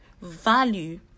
value